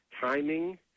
timing